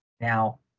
Now